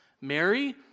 Mary